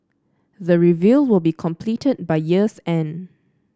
the review will be completed by year's end